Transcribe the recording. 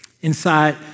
inside